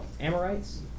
amorites